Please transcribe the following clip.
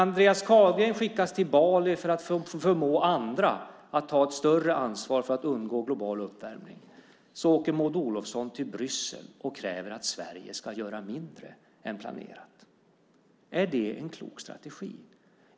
Andreas Carlgren skickas till Bali för att förmå andra att ta ett större ansvar för att undgå global uppvärmning, medan Maud Olofsson åker till Bryssel och kräver att Sverige ska göra mindre än planerat. Är det en klok strategi?